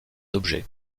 objets